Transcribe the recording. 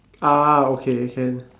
ah okay can